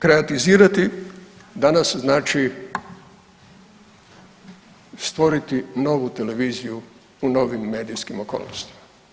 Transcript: Kreatizirati danas znači stvoriti novu televiziju u novim medijskim okolnostima.